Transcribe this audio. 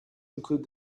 include